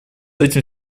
этим